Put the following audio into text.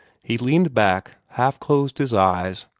he leaned back, half closed his eyes,